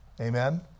Amen